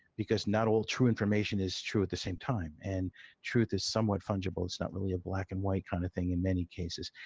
because not all true information is true at the same time, and truth is somewhat fungible it's not really a black and white kind of thing in many cases.